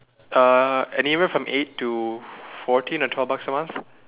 uh anywhere from eight to fourteen or twelve bucks a month